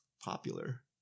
popular